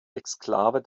exklave